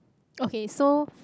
okay so